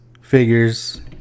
figures